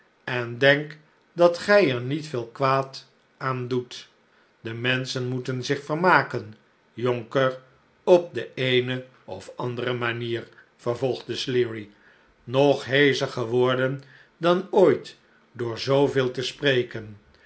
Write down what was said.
en denk dat gij er niet veel kwaad aan doet de menschen moeten zich vermaken jonker op de eene of andere manier vervolgde sleary nog heescher geworden dan ooit door zoo veel te spreken